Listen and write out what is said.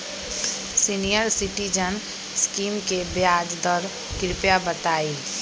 senior citizen scheme के ब्याज दर कृपया बताईं